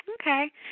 Okay